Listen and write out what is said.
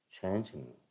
changing